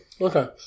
Okay